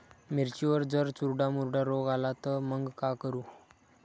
मिर्चीवर जर चुर्डा मुर्डा रोग आला त मंग का करू?